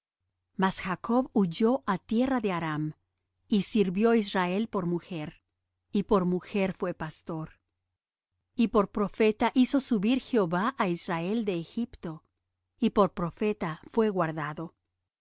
mas jacob huyó á tierra de aram y sirvió israel por mujer y por mujer fué pastor y por profeta hizo subir jehová á israel de egipto y por profeta fué guardado